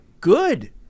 good